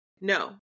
No